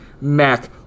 Mac